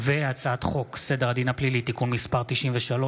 הצעת חוק סדר הדין הפלילי (תיקון מס' 93,